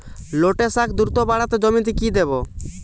লটে শাখ দ্রুত বাড়াতে জমিতে কি দেবো?